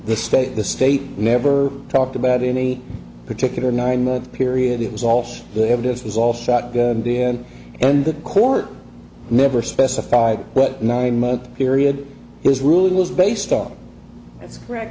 the state the state never talked about any particular nine month period it was all the evidence was all sat there in the court never specified what nine month period his rule was based on that's correct